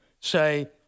Say